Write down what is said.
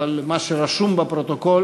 אבל מה שרשום בפרוטוקול